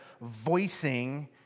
voicing